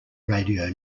radio